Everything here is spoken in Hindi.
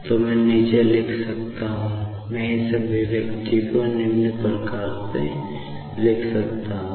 तो मैं नीचे लिख सकता हूं मैं इस अभिव्यक्ति को निम्न प्रकार से लिख सकता हूं